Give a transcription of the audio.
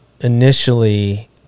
initially